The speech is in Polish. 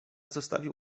zostawił